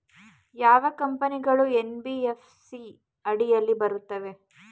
ಯಾವ ಕಂಪನಿಗಳು ಎನ್.ಬಿ.ಎಫ್.ಸಿ ಅಡಿಯಲ್ಲಿ ಬರುತ್ತವೆ?